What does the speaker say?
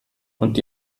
und